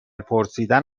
پرسیدن